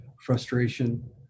frustration